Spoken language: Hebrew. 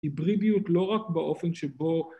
היברידיות לא רק באופן שבו